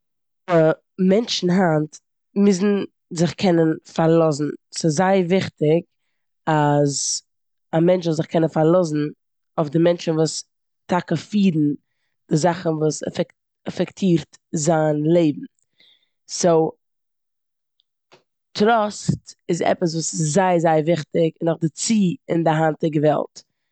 מענטשן היינט מוזן זיך קענען פארלאזן. ס'איז זייער וויכטיג אז א מענטש זאל זיך קענען פארלאזן אויף די מענטשן וואס טאקע פירן די זאכן וואס עפעק- עפעקטירט זיין לעבן. סאו טראסט איז עפעס וואס איז זייער, זייער וויכטיג, נאכדערצו אין די היינטיגע וועלט.